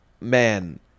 man